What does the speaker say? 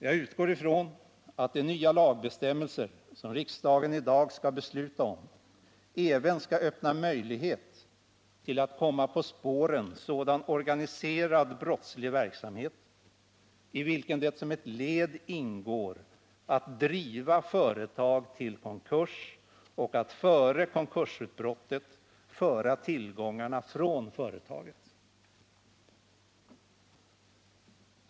Jag utgår ifrån att de nya lagbestämmelser som riksdagen i dag skall besluta Nr 141 om även skall öppna möjlighet till att komma på spåren sådan organiserad Onsdagen den brottslig verksamhet i vilken det som ett led ingår att driva företag till konkurs 9 maj 1979 och att före konkursutbrottet föra tillgångarna från bolaget.